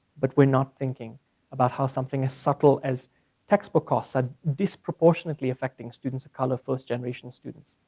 but we're not thinking about how something as subtle as textbook costs are disproportionately affecting students of color, first-generation students,